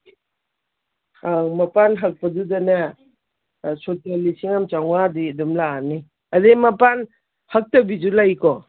ꯑꯥ ꯃꯄꯥꯟ ꯍꯛꯄꯗꯨꯗꯅꯦ ꯑꯥ ꯁꯨꯠꯇ ꯂꯤꯁꯤꯡ ꯑꯃ ꯆꯥꯝꯃꯉꯥꯗꯤ ꯑꯗꯨꯝ ꯂꯥꯛꯑꯅꯤ ꯑꯗꯒꯤ ꯃꯄꯥꯟ ꯍꯛꯇꯕꯤꯁꯨ ꯂꯩꯀꯣ